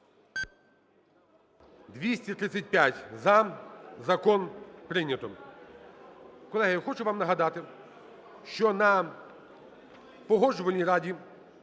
235 – за. Закон прийнято. Колеги, я хочу вам нагадати, що на Погоджувальній раді